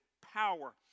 power